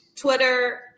Twitter